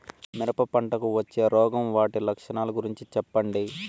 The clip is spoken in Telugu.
మిరప పంటకు వచ్చే రోగం వాటి లక్షణాలు గురించి చెప్పండి?